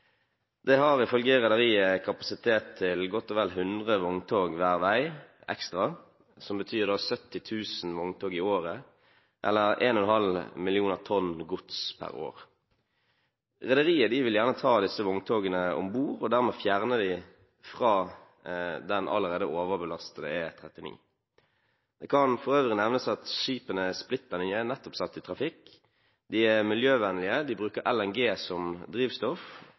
Det har ifølge rederiet kapasitet til godt og vel 100 vogntog hver vei ekstra, noe som betyr 70 000 vogntog i året eller 1,5 millioner tonn gods per år. Rederiet vil gjerne ta disse vogntogene om bord og dermed fjerne dem fra den allerede overbelastede E39. Det kan for øvrig nevnes at skipene er splitter nye, de er nettopp satt i trafikk. De er miljøvennlige – de bruker LNG som drivstoff